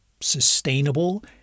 sustainable